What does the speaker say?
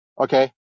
okay